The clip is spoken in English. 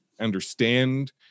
understand